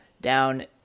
down